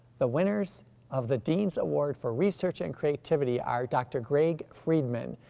the winners of the dean's award for research and creativity are dr. greg friedman,